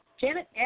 Janet